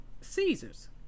Caesar's